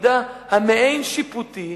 בתפקידה המעין שיפוטי,